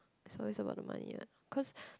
is always about the money what cause